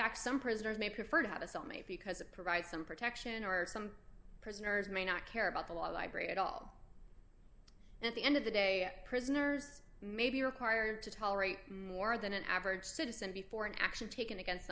fact some prisoners may prefer to have a cell mate because it provides some protection or some prisoners may not care about the library at all and at the end of the day prisoners may be required to tolerate more than an average citizen before an action taken against